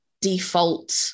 default